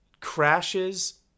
crashes